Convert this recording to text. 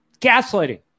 Gaslighting